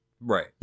Right